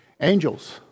Angels